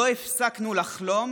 לא הפסקנו לחלום